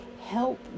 help